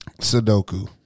Sudoku